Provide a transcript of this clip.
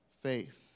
faith